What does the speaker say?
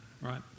right